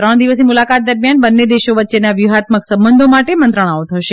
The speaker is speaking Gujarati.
ત્રણ દિવસની મુલાકાત દરમિયાન બંને દેશો વચ્ચેના વ્યુહાત્મક સંબંધી માટે મંત્રણાઓ થશે